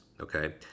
okay